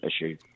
issue